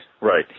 right